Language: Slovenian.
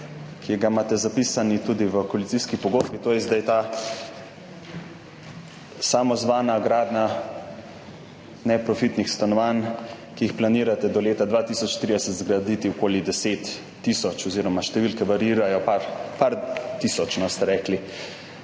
ki ga imate zapisanega tudi v koalicijski pogodbi, to je zdaj ta samozvana gradnja neprofitnih stanovanj, ki jih planirate do leta 2030 zgraditi okoli 10 tisoč oziroma številke variirajo, nekaj tisoč ste rekli.